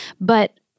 but-